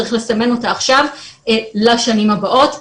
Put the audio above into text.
צריך לסמן אותה עכשיו לשנים הבאות.